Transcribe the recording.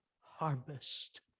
harvest